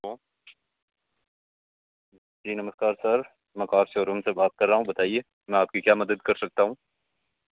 जी नमस्कार सर मैं car showroom से बात कर रहा हूँ बताईए मैं आपकी क्या मदद कर सकता हूँ